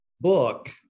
book